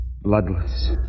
Bloodless